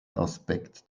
aspekt